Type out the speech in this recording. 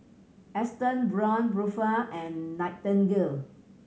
Astons Braun Buffel and Nightingale